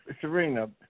Serena